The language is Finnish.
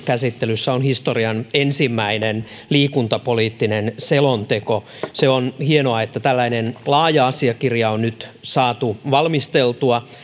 käsittelyssä on historian ensimmäinen liikuntapoliittinen selonteko on hienoa että tällainen laaja asiakirja on nyt saatu valmisteltua